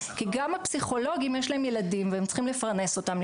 כי גם הפסיכולוגים יש להם ילדים והם צריכים לפרנס אותם,